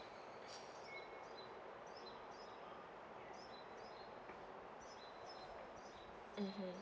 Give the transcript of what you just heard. mmhmm